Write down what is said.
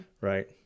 Right